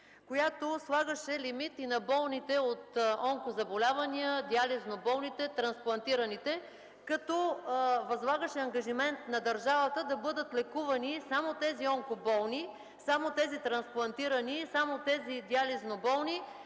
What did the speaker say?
която слагаше лимити на болните от онкозаболявания, диализно болните, хората с трансплантации, като възлагаше ангажимент на държавата да бъдат лекувани само тези онкоболни, само тези с трансплантации и само тези болни